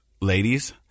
ladies